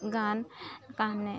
গান কাৰণে